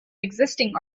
existing